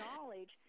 knowledge